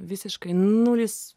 visiškai nulis